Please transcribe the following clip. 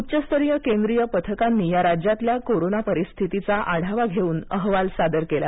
उच्चस्तरीय केंद्रीय पथकांनी या राज्यातल्या कोरोना परिस्थितीचा आढावा घेऊन अहवाल सादर केला